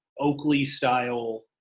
Oakley-style